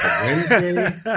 Wednesday